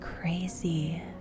crazy